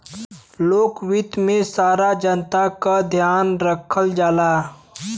लोक वित्त में सारा जनता क ध्यान रखल जाला